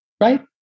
Right